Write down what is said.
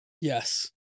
Yes